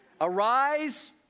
Arise